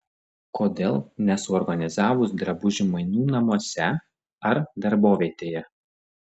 kodėl nesuorganizavus drabužių mainų namuose ar darbovietėje